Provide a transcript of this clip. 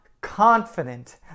confident